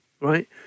right